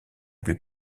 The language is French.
plus